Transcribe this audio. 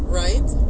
right